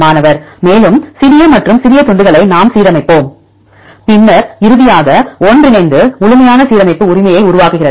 மாணவர் மேலும் சிறிய மற்றும் சிறிய துண்டுகளை நாம் சீரமைப்போம் பின்னர் இறுதியாக ஒன்றிணைந்து முழுமையான சீரமைப்பு உரிமையை உருவாக்குகிறது